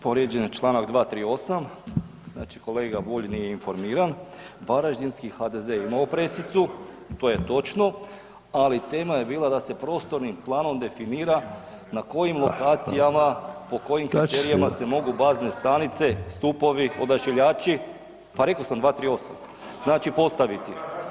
Povrijeđen je čl. 238., kolega Bulj nije informiran, varaždinski HDZ je imao pressicu, to je točno, ali tema je bila da se prostornim planom definira na kojim lokacijama, po kojim kriterijima se mogu bazne stanice stupovi, odašiljači, pa rekao sam 238. postaviti.